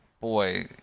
boy